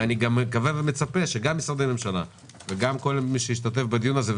אני מקווה ומצפה שגם משרדי הממשלה וגם כל מי שהשתתף בדיון הזה,